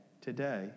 today